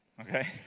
Okay